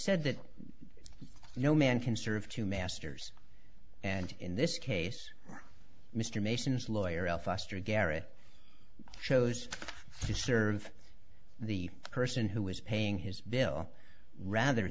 said that no man can serve two masters and in this case mr mason's lawyer l foster garrett chose to serve the person who was paying his bill rather